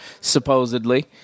supposedly